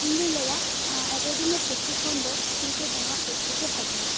ᱤᱧᱫᱩᱧ ᱞᱟᱹᱭᱟ ᱨᱮᱰᱤᱚᱢᱮᱰ ᱠᱤᱪᱨᱤᱡᱽ ᱠᱷᱚᱱᱫᱚ ᱛᱤᱛᱮ ᱵᱮᱱᱟᱣᱟᱜ ᱠᱤᱪᱨᱤᱡᱽᱜᱮ ᱵᱷᱟᱹᱜᱤᱭᱟ